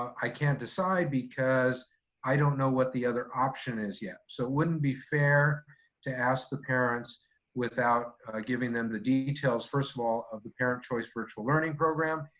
i can't decide because i don't know what the other option is yet. so it wouldn't be fair to ask the parents without giving them the details, first of all, of the parent choice virtual learning program,